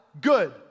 good